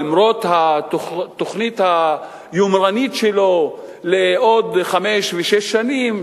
למרות התוכנית היומרנית שלו לעוד חמש ושש שנים,